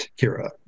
Kira